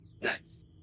Nice